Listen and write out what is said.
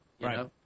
Right